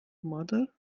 mother